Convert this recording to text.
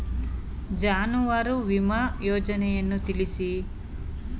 ಜಾನುವಾರು ವಿಮಾ ಯೋಜನೆಯನ್ನು ತಿಳಿಸಿ?